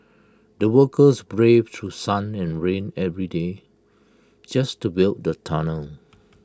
the workers braved through sun and rain every day just to build the tunnel